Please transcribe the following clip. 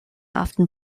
often